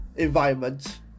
environment